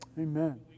Amen